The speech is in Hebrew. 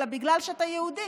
אלא בגלל שאתה יהודי.